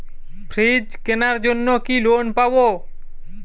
Fridge কেনার জন্য কি লোন পাব?